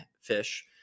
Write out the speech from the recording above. fish